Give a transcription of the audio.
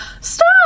Stop